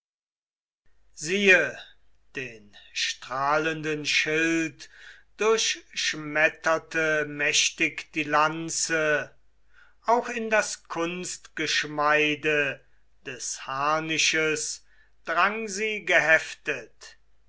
siehe den strahlenden schild durchschmetterte mächtig die lanze auch in das kunstgeschmeide des harnisches drang sie geheftet